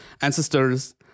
ancestors